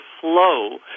flow